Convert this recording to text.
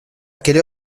quelle